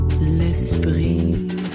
L'esprit